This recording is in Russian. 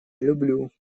люблю